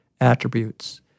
attributes